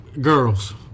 girls